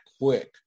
quick